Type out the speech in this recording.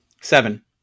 Seven